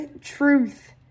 truth